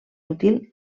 útil